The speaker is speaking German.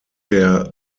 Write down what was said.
der